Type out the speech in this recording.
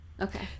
Okay